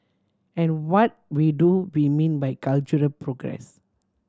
and what we do be mean by cultural progress